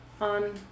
on